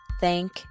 thank